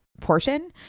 portion